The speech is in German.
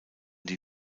die